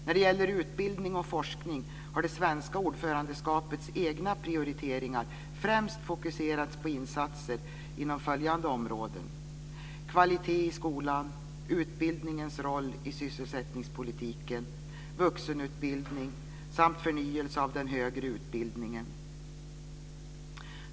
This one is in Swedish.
När det gäller utbildning och forskning har det svenska ordförandeskapets egna prioriteringar främst fokuserats på insatser inom följande områden: kvalitet i skolan, utbildningens roll i sysselsättningspolitiken, vuxenutbildning samt förnyelse av den högre utbildningen.